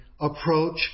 approach